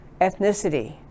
ethnicity